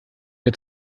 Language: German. mir